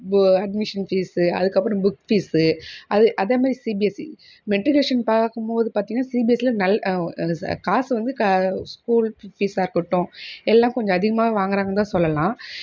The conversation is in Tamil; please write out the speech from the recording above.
பு அட்மிஷன் ஃபீஸ் அதுக்கப்பறம் புக் ஃபீஸ் அது அதேமாதிரி சிபிஎஸ்இ மெட்ரிகுலேஷன் பார்க்கும்போது பார்த்திங்கன்னா சிபிஎஸ்இயில் நல்ல காசு வந்து ஸ்கூல் ஃபீஸாகருக்கட்டும் எல்லாம் கொஞ்சம் அதிகமாக வாங்கறாங்கன்னு தான் சொல்லலாம்